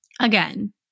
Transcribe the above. Again